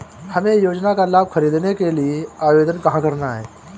हमें योजना का लाभ ख़रीदने के लिए आवेदन कहाँ करना है?